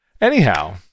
Anyhow